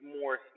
more